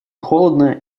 холодно